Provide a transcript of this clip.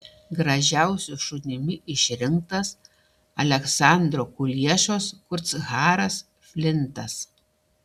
gražiausiu šunimi išrinktas aleksandro kuliešos kurtsharas flintas